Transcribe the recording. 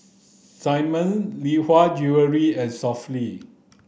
Simmon Lee Hwa Jewellery and Sofy